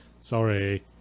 sorry